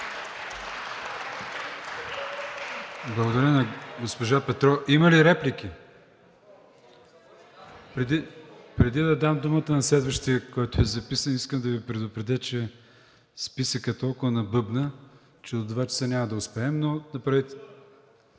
Благодаря на госпожа Петрова. Има ли реплики? Преди да дам думата на следващия, който е записан, искам да Ви предупредя, че списъкът толкова набъбна, че до 14,00 ч. няма да успеем.